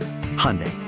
Hyundai